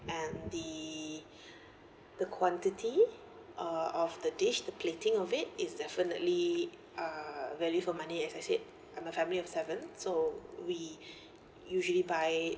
and the the quantity uh of the dish the plating of it is definitely a value for money as I said I'm a family of seven so we usually buy